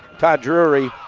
todd drury,